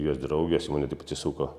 jos draugės į mane taip atsisuko